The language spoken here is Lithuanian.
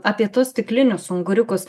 a apie tuos stiklinius unguriukus